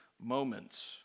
moments